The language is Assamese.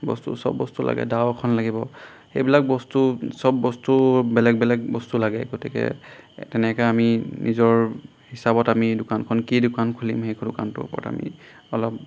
বস্তু চব বস্তু লাগে দাও এখন লাগিব সেইবিলাক বস্তু চব বস্তু বেলেগ বেলেগ বস্তু লাগে গতিকে তেনেকৈ আমি নিজৰ হিচাপত আমি দোকানখন কি দোকান খুলিম সেই দোকানটোৰ ওপৰত আমি অলপ